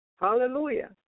Hallelujah